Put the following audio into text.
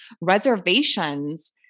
reservations